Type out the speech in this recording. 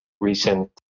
recent